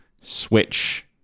switch